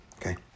Okay